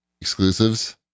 exclusives